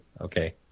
Okay